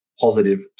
positive